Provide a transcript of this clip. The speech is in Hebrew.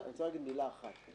אני רוצה להגיד מילה אחת.